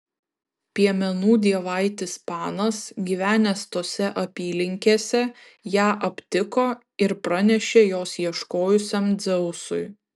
piemenų dievaitis panas gyvenęs tose apylinkėse ją aptiko ir pranešė jos ieškojusiam dzeusui